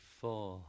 four